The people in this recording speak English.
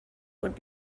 would